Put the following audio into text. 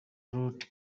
route